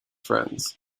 friends